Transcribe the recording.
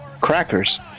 Crackers